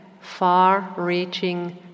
far-reaching